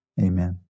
Amen